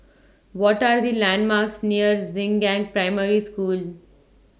What Are The landmarks near Xingnan Primary School